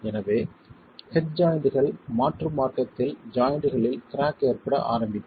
எனவே ஹெட் ஜாய்ண்ட்கள் மாற்று மார்க்கத்தில் ஜாய்ண்ட்களில் க்ராக் ஏற்பட ஆரம்பிக்கும்